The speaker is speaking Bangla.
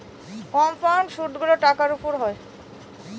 কম্পাউন্ড সুদগুলো টাকার উপর হয়